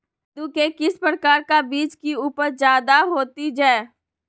कददु के किस प्रकार का बीज की उपज जायदा होती जय?